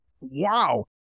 wow